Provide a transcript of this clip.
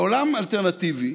בעולם אלטרנטיבי,